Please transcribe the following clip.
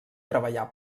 treballar